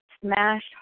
smashed